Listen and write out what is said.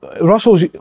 Russell's